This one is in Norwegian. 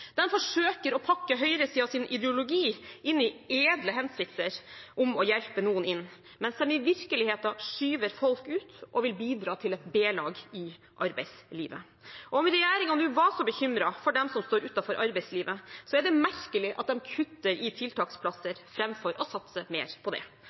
De forsøker å pakke høyresidens ideologi inn i edle hensikter om å hjelpe noen inn, mens de i virkeligheten skyver folk ut og vil bidra til et B-lag i arbeidslivet. Om regjeringen var så bekymret for dem som står utenfor arbeidslivet, er det merkelig at de kutter i tiltaksplasser framfor å satse mer på det.